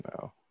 no